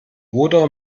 oder